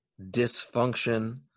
dysfunction